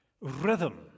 Rhythm